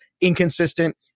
inconsistent